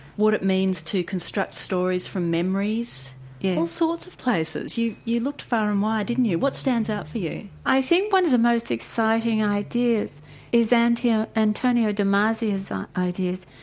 what it means to construct stories from memories all sorts of places, you you looked far and wide didn't you. what stands out for you? i think one of the most exciting ideas is and yeah antonio damasio's ideas,